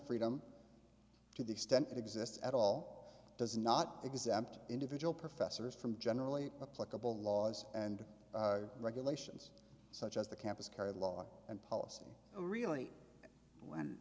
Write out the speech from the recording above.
freedom to the extent it exists at all does not exempt individual professors from generally the pluggable laws and regulations such as the campus carry law and policy really when